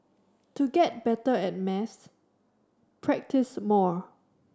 to get better at maths practise more